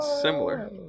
Similar